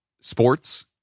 sports